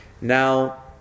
Now